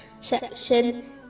section